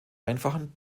einfachen